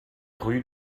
rue